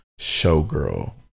showgirl